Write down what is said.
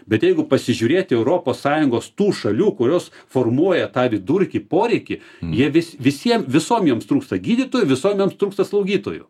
bet jeigu pasižiūrėti europos sąjungos tų šalių kurios formuoja tą vidurkį poreikį jie vis visiem visom joms trūksta gydytojų visom joms trūksta slaugytojų